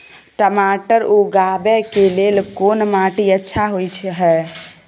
टमाटर उगाबै के लेल कोन माटी अच्छा होय है?